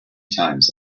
times